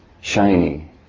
shiny